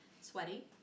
Sweaty